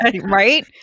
Right